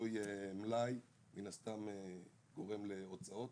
תלוי מלאי, מן הסתם גורם להוצאות.